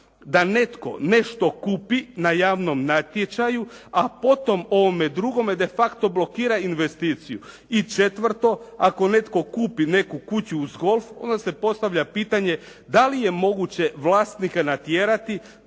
da netko nešto kupi na javnom natječaju a potom ovome drugome de facto blokira investiciju. I četvrto, ako netko kupi neku kuću uz golf onda se postavlja pitanje da li je moguće vlasnika natjerati